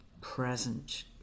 present